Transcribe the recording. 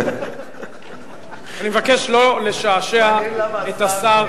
אני מבקש לא לשעשע את השר.